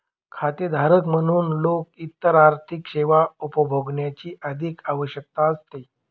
खातेधारक म्हणून लोक इतर आर्थिक सेवा उपभोगण्याची अधिक शक्यता असते